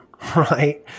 right